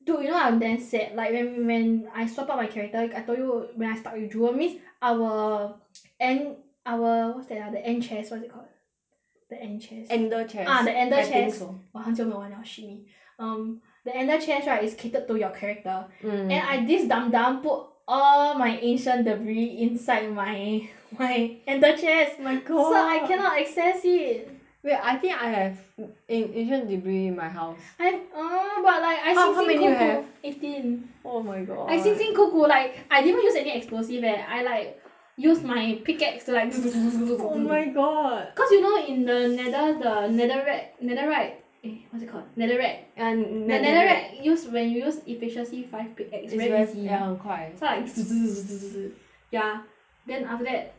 dude you know I'm damn sad like when when I swap up my character I told you when I start with jewel our end our what's that ah the end chest what's it called ah the end chest ender chest ah the ender chest I think so !wah! 我很久没玩了 shit me um the ender chest right is catered to your character mm and then I this dumb dumb put all my ancient debris inside my my ender chest oh my god so I cannot access it wait I think I have an~ ancient debris in my house I have but like I 辛辛苦苦 how many you have eighteen oh my god I 辛辛苦 like I didn't even use any explosive eh I like use my pickaxe to like oh my god cause you know in the nether the netherrack netherite right eh what's it called netherrack ya rack rack rack the netherrack use when you use efficiency five pickaxe very easy ya 很快 so like ya then after that